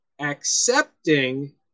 accepting